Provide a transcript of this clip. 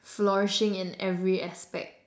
flourishing in every aspect